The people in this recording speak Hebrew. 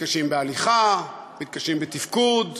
מתקשים בהליכה, מתקשים בתפקוד,